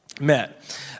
met